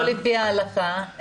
למה לא לפי ההלכה?